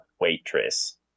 waitress